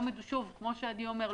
כפי שעדי אומר,